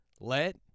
Let